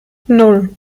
nan